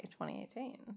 2018